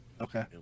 okay